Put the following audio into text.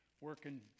working